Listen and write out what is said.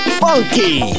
funky